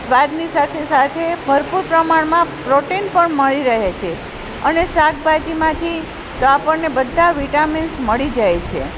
સ્વાદની સાથે સાથે ભરપૂર પ્રમાણમાં પ્રોટીન પણ મળી રહે છે અને શાકભાજીમાંથી તો આપણને બધાં વિટામીન્સ મળી જાય છે